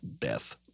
death